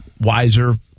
wiser